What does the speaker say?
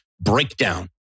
breakdown